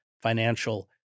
financial